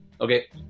Okay